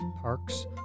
parks